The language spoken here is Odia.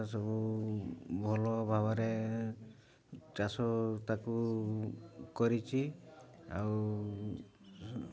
ସବୁ ଭଲ ଭାବରେ ଚାଷ ତାକୁ କରିଛି ଆଉ